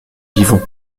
vivons